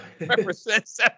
represents